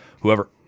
whoever